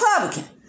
Republican